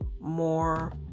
more